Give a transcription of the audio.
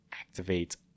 Activate